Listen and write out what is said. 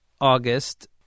August